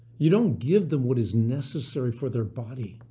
you don't give them what is necessary for their body,